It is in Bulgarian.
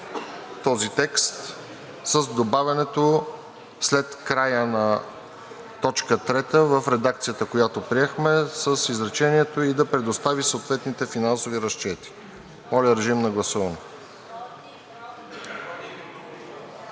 този текст с добавянето след края на т. 3 на редакцията, която приехме с изречението „и да предостави съответните финансови разчети“. Моля, режим на гласуване.